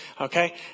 Okay